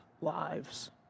lives